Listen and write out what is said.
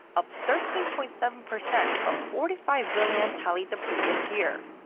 up thirteen point seven percent from forty five billion tallied the previous year.